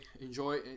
enjoy